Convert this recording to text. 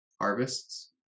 harvests